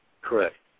Correct